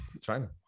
China